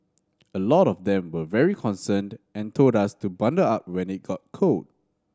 a lot of them were very concerned and told us to bundle up when it got cold